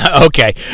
Okay